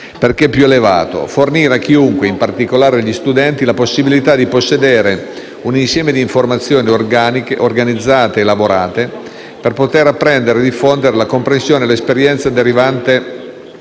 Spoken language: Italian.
perché più elevato: fornire a chiunque, in particolare agli studenti, la possibilità di possedere un insieme di informazioni organiche, organizzate ed elaborate per poter apprendere e diffondere la comprensione e l'esperienza derivanti